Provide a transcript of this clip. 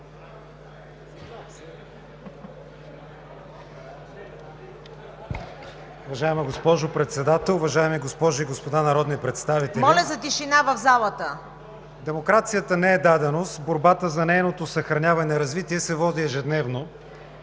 Демокрацията не е даденост. Борбата за нейното съхраняване и развитие се води ежедневно.